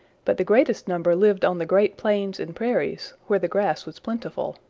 but the greatest number lived on the great plains and prairies, where the grass was plentiful.